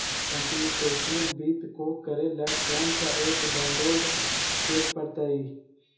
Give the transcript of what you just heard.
computational वित्त को करे ला कौन स ऐप डाउनलोड के परतई